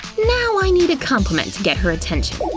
now i need a compliment to get her attention.